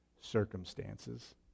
circumstances